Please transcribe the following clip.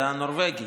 זה הנורבגי.